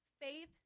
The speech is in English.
faith